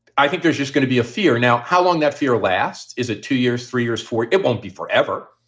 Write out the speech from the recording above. i think there's just gonna be a fear now. how long that fear lasts? is it two years? three years, four? it won't be forever.